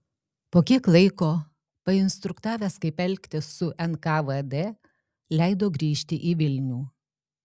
po kiek laiko painstruktavęs kaip elgtis su nkvd leido grįžti į vilnių